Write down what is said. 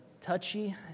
touchy